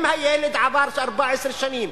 אם הילד עבר 14 שנים,